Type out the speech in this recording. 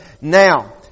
Now